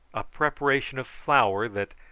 a preparation of flour that,